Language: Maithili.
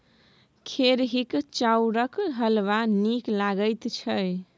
खेरहीक चाउरक हलवा नीक लगैत छै